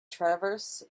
transverse